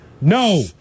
No